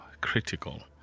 critical